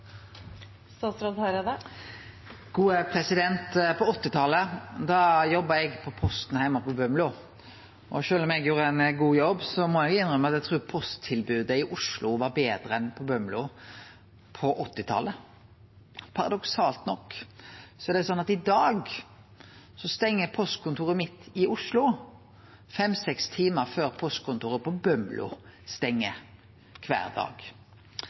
På 1980-talet jobba eg på Posten heime på Bømlo. Sjølv om eg gjorde ein god jobb, må eg innrømme at eg trur posttilbodet i Oslo var betre enn på Bømlo på 1980-talet. Paradoksalt nok stengjer postkontoret mitt i Oslo i dag fem–seks timar før postkontoret på Bømlo stengjer, kvar dag.